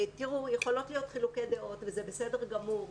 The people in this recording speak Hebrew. יכולים להיות חילוקי דעות וזה בסדר גמור,